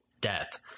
death